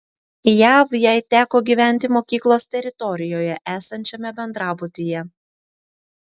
jav jai teko gyventi mokyklos teritorijoje esančiame bendrabutyje